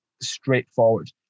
straightforward